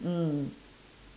mm